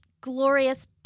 glorious